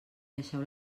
deixeu